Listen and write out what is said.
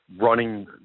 running